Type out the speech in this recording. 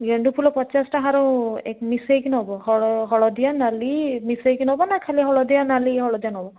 ଗେଣ୍ଡୁ ଫୁଲ ପଚାଶଟା ହାର ମିଶାଇକି ନବ ହଳଦିଆ ନାଲି ମିଶାଇକି ନବ ନା ଖାଲି ହଳଦିଆ ନାଲି ହଳଦିଆ ନବ